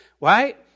right